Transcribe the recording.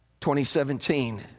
2017